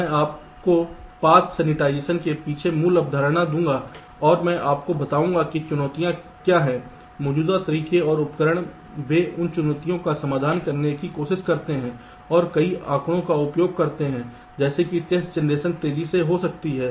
इसलिए मैं आपको पाथ सैनिटाइजेशन के पीछे मूल अवधारणा दूंगा और मैं आपको बताऊंगा कि चुनौतियां क्या हैं मौजूदा तरीके और उपकरण वे इन चुनौतियों का समाधान करने की कोशिश करते हैं और कई आंकड़ों का उपयोग करते हैं जैसे कि टेस्ट जनरेशन तेजी से हो सकती है